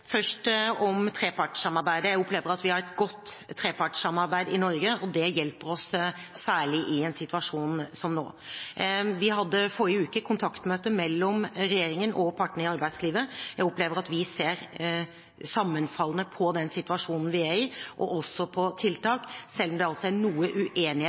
Først om trepartssamarbeidet. Jeg opplever at vi har et godt trepartssamarbeid i Norge, og det hjelper oss, særlig i en situasjon som nå. Vi hadde forrige uke kontaktmøte mellom regjeringen og partene i arbeidslivet, og jeg opplever at vi ser sammenfallende på den situasjonen vi er i, og også på tiltak, selv om det altså er noe uenighet